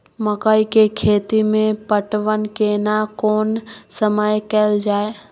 मकई के खेती मे पटवन केना कोन समय कैल जाय?